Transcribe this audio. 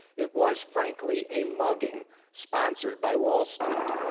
it was frankly a mugging sponsored by wall street.